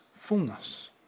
fullness